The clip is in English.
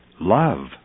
love